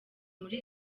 muri